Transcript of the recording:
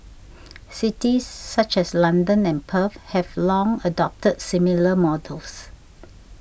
cities such as London and Perth have long adopted similar models